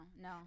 no